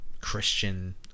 Christian